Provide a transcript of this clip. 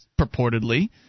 Purportedly